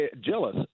jealous